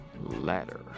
ladder